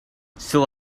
still